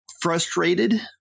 frustrated